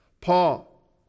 Paul